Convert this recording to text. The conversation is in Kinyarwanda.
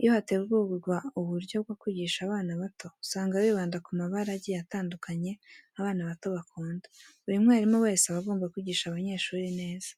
Iyo hategurwa uburyo bwo kwigisha abana bato usanga bibanda ku mabara agiye atandukanye abana bato bakunda. Buri mwarimu wese aba agomba kwigisha abanyeshuri neza.